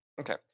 Okay